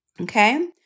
okay